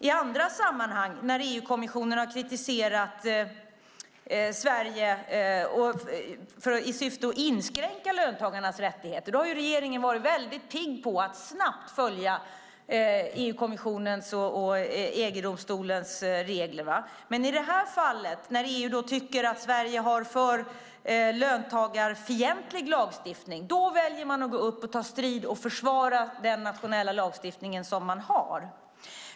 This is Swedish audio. I andra sammanhang, när EU-kommissionen har kritiserat Sverige i syfte att inskränka löntagarnas rättigheter, har regeringen varit väldigt pigg på att snabbt följa EU-kommissionens regler. När EU tycker att Sverige har för löntagarfientlig lagstiftning väljer man dock att ta strid och försvara den nationella lagstiftning vi har.